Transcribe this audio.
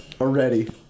already